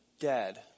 dead